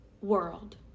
world